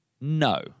no